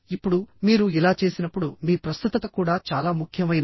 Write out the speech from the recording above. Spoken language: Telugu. ఇప్పుడు మీరు ఇలా చేసినప్పుడు మీ ప్రస్తుతత కూడా చాలా ముఖ్యమైనది